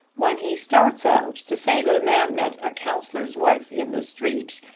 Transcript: when he starts out to say that a man met a counselor's wife in the street,